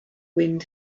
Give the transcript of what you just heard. wind